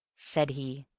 said he.